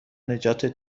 نجاتت